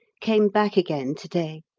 came back again to-day.